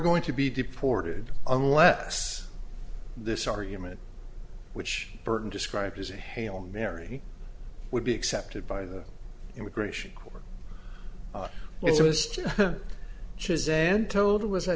going to be deported unless this argument which burton described as a hail mary would be accepted by the immigration court